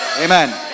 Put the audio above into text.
Amen